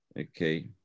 Okay